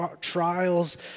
trials